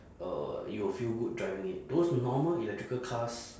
uh you'll feel good driving it those normal electrical cars